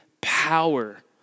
power